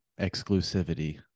exclusivity